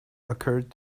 occurred